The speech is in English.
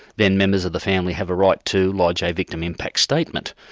then members of the family have a right to lodge a victim impact statement.